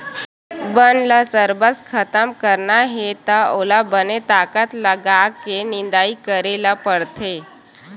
बन ल सरबस खतम करना हे त ओला बने ताकत लगाके निंदई करे ल परथे